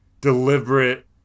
deliberate